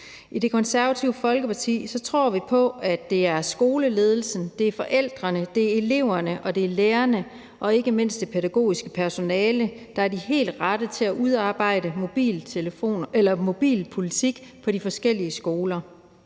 I Det Konservative Folkeparti tror vi på, at det er skoleledelsen, at det er forældrene, at det er eleverne, at det er lærerne og ikke mindst det pædagogiske personale, der er de helt rette til at udarbejde en mobilpolitik på de forskellige skoler.